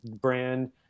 brand